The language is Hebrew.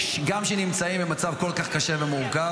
גם כשנמצאים במצב כל כך קשה ומורכב,